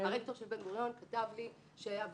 הרקטור של בן גוריון כתב לי שהוועדה